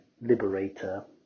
Liberator